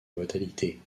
modalités